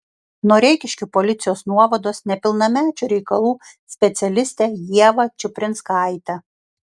noreikiškių policijos nuovados nepilnamečių reikalų specialistę ievą čiuprinskaitę